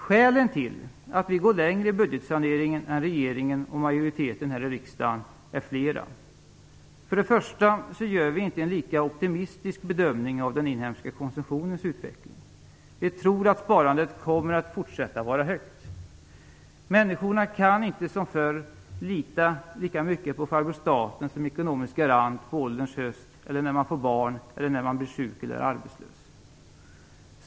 Skälen till att vi går längre i budgetsaneringen än regeringen och majoriteten här i riksdagen är flera. För det första gör vi inte en lika optimistisk bedömning av den inhemska konsumtionens utveckling. Vi tror att sparandet kommer att fortsätta att vara högt. Människorna kan inte, som förr, lita lika mycket på farbror staten som ekonomisk garant på ålderns höst, när man får barn eller när man blir sjuk eller arbetslös.